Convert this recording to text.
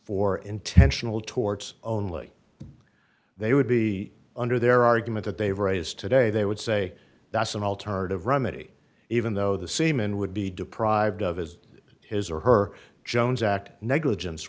for intentional torts only the they would be under their argument that they various today they would say that's an alternative remedy even though the seamen would be deprived of as his or her jones act negligence